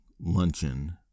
luncheon